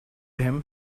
him